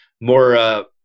more